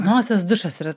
nosies dušas yra